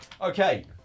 okay